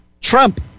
Trump